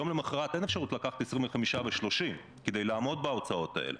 יום למחרת אין אפשרות לקחת 25 ו-30 כדי לעמוד בהוצאות האלה.